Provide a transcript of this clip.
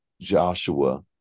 Joshua